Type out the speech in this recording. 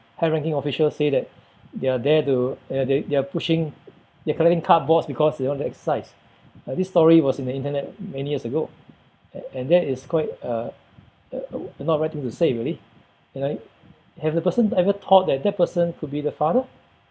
high-ranking officials say that they're there to uh they're they're pushing they're collecting cardboards because they want to exercise like this story was in the internet many years ago and and that is quite uh uh not a right thing to say really and I have the person ever thought that that person could be the father